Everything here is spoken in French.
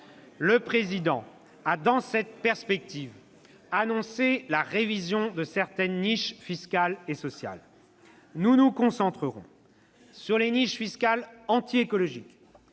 Le Président a, dans cette perspective, annoncé la révision de certaines niches fiscales et sociales. Nous nous concentrerons sur les niches anti-écologiques,